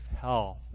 health